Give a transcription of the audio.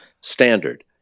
standard